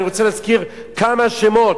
אני רוצה להזכיר כמה שמות,